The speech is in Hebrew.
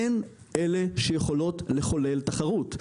הן אלה שיכולות לחולל תחרות.